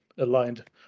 Aligned